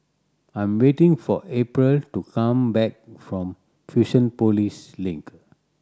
I am waiting for April to come back from Fusionopolis Link